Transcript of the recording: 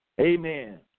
Amen